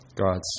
God's